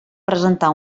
presentar